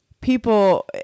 people –